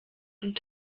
und